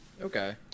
Okay